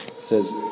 Says